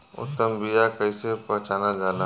उत्तम बीया कईसे पहचानल जाला?